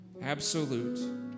absolute